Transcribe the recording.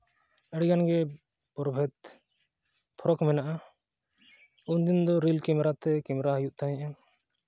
ᱟᱹᱰᱤᱜᱟᱱ ᱜᱮ ᱯᱨᱚᱵᱷᱮᱫ ᱯᱷᱟᱨᱟᱠ ᱢᱮᱱᱟᱜᱼᱟ ᱩᱱ ᱫᱤᱱ ᱫᱚ ᱨᱤᱞ ᱠᱮᱢᱮᱨᱟ ᱛᱮ ᱠᱮᱢᱮᱨᱟᱜ ᱦᱩᱭᱩᱜ ᱛᱟᱦᱮᱫᱼᱟ